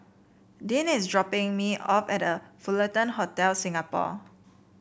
Dean is dropping me off at The Fullerton Hotel Singapore